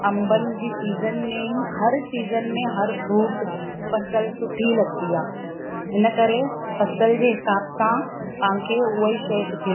अम्बनि जी सीज़न में ई हर सीज़न में हर फ्रूट फसल सुठी लॻंदी आहे हिन करे फसल जे हिसाब सां पाण खे उहोई शइ सुठी